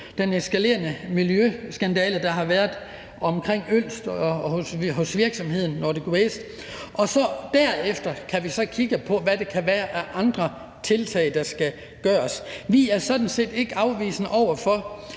den eskalerende miljøskandale, der har været omkring Ølst og hos virksomheden Nordic Waste. Derefter kan vi så kigge på, hvad der kan være af andre tiltag, der skal gøres. Vi er sådan set ikke afvisende over for,